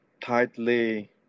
tightly